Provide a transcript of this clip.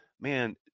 man